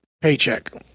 paycheck